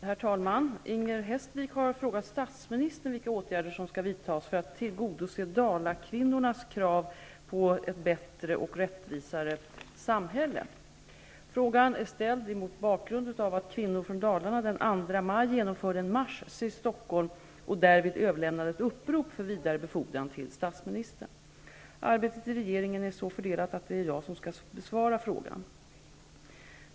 Herr talman! Inger Hestvik har frågat statsministern vilka åtgärder som skall vidtas för att tillgodose Dalakvinnornas krav på ''ett bättre och rättvisare samhälle''. Frågan är ställd mot bakgrund av att kvinnor från Dalarna den 2 maj genomförde en marsch till Stockholm och därvid överlämnade ett upprop för vidare befordran till statsministern. Arbetet inom regeringen är så fördelat att det är jag som skall besvara frågan.